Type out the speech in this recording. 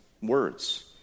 words